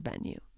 venue